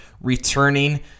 returning